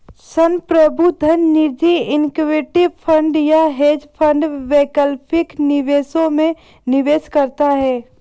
संप्रभु धन निजी इक्विटी फंड या हेज फंड वैकल्पिक निवेशों में निवेश करता है